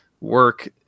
work